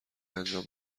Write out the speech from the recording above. انجام